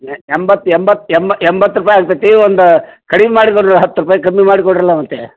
A ಎಂಬತ್ತು ಎಂಬತ್ತು ಎಂಬ ಎಂಬತ್ತು ರೂಪಾಯಿ ಆಗ್ತೈತಿ ಒಂದು ಕಡಿಮೆ ಮಾಡಿಕೊಡಿರಿ ಹತ್ತು ರೂಪಾಯಿ ಕಮ್ಮಿ ಮಾಡಿ ಕೊಡಿರಲ್ಲ ಮತ್ತು